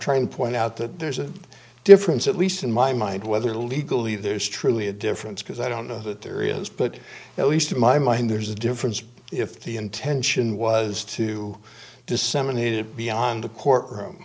trying to point out that there's a difference at least in my mind whether legally there is truly a difference because i don't know that there is but at least in my mind there's a difference if the intention was to disseminate it beyond the court room